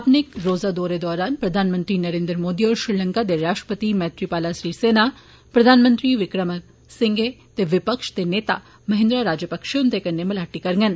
अपने इक रोजा दौरे दौरान प्रधानमंत्री नरेन्द्र मोदी होर श्रीलंका दे राश्ट्रपति मेथरीपाला सिरीसेना प्रधानमंत्री विकरीमसिन्चे ते विपक्ष दे नेता महीन्दा राजापाक्सा हुन्दे कन्नै मलाटी करङन